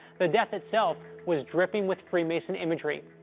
the death itself was dripping with freemason imagery.